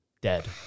dead